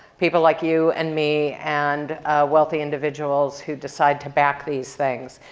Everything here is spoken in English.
people like you and me and wealthy individuals who decide to back these things.